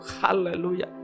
Hallelujah